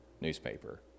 newspaper